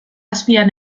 azpian